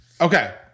Okay